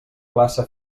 classe